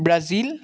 Brazil